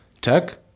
tech